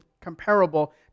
comparable